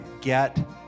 get